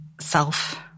self